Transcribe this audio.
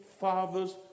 father's